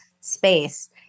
space